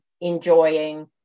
enjoying